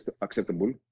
acceptable